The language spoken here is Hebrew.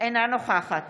אינה נוכחת